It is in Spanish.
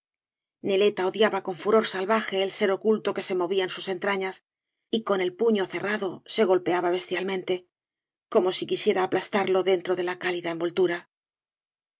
neleta odiaba con furor salvaje el ser oculto que se movía en sus entrañas y con el puño cerrado se golpeaba bestialmente como b quisiera aplastarlo dentro de la cálida envoltura